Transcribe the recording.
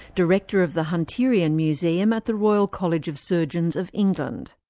director of the hunterian museum at the royal college of surgeons of england.